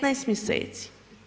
15 mjeseci.